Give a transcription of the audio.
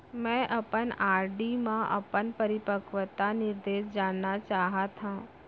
मै अपन आर.डी मा अपन परिपक्वता निर्देश जानना चाहात हव